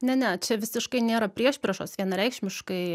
ne ne čia visiškai nėra priešpriešos vienareikšmiškai